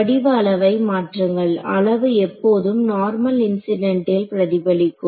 வடிவ அளவை மாற்றுங்கள் அளவு எப்போதும் நார்மல் இன்ஸிடெண்டல் பிரதிபலிக்கும்